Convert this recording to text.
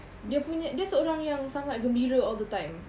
dia punya dia seorang yang sangat gembira all the time